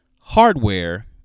hardware